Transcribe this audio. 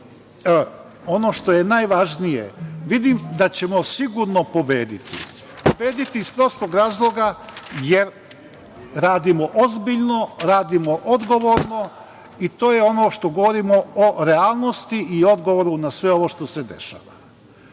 što je najvažnije vidim da ćemo sigurno pobediti, pobediti iz prostog razloga jer radimo ozbiljno, radimo odgovorno i to je ono što govorimo o realnosti i odgovoru na sve ovo što se dešava. Moram